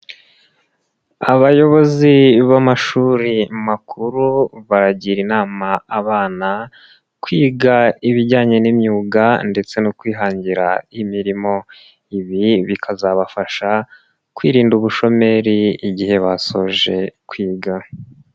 Abayobozi b'amashuri makuru baragira inama abana kwiga ibijyanye n'imyuga ndetse no kwihangira imirimo, ibi bikazabafasha kwirinda ubushomeri igihe basoje kwiga.